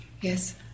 Yes